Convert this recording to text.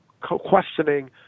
questioning